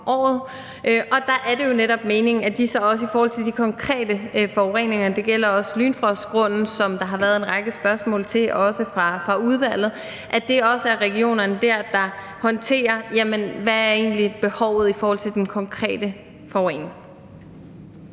Og der er det jo netop meningen, at det er regionerne, der i forhold til de konkrete forureninger – det gælder også Lynfrostgrunden, som der har været en række spørgsmål til, også fra udvalget – håndterer, hvad behovet egentlig er i forhold til den konkrete forurening.